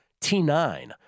T9